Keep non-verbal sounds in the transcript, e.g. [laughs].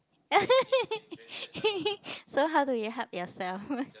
[laughs] so how do you help yourself